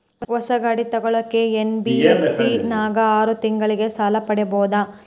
ಹೊಸ ಗಾಡಿ ತೋಗೊಳಕ್ಕೆ ಎನ್.ಬಿ.ಎಫ್.ಸಿ ನಾಗ ಆರು ತಿಂಗಳಿಗೆ ಸಾಲ ಪಡೇಬೋದ?